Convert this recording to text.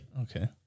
Okay